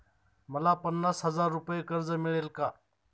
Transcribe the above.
मला पन्नास हजार रुपये कर्ज मिळेल का?